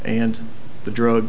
and the drug